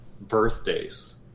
birthdays